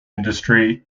industry